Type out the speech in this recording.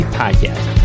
podcast